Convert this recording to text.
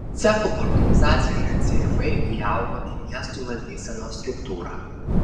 cechų organizacija neatsiejamai įaugo į miestų valdysenos struktūrą